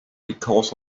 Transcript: because